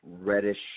reddish